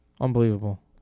Unbelievable